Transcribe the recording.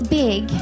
big